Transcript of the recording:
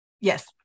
yes